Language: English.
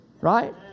Right